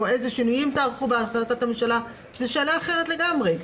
או איזה שינויים תערכו בהחלטת הממשלה זו שאלה אחרת לגמרי.